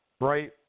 Right